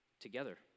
together